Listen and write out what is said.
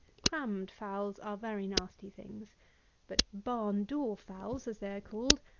crammed fowls are very nasty things but barn-door fowls, as they are called,